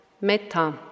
metta